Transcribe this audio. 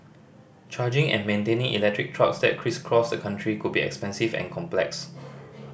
charging and maintaining electric trucks that crisscross the country could be expensive and complex